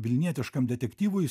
vilnietiškam detektyvui